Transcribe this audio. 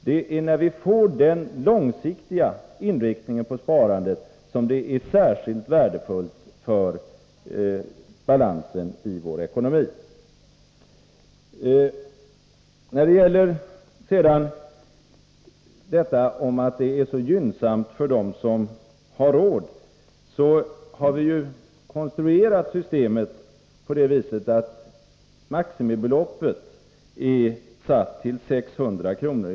Det är när vi får den långsiktiga inriktningen av sparandet som det är särskilt värdefullt för balansen i vår ekonomi. När det sedan gäller påståendet att det här sparandet är så gynnsamt för dem som har råd, så har vi ju konstruerat systemet på det viset att maximibeloppet är satt till 600 kr.